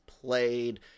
played